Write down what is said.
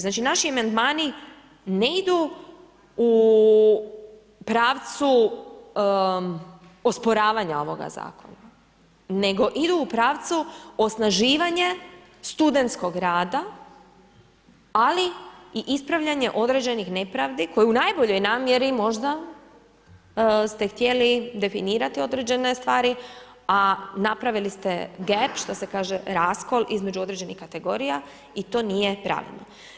Znači naši amandmani ne idu u pravcu osporavanja ovoga Zakona, nego idu u pravcu osnaživanje studentskog rada ali i ispravljanje određenih nepravdi, koji u najboljoj namjeri možda ste htjeli definirati određene stvari a napravili ste gap što se kaže raskol između određenih kategorija i to nije pravilno.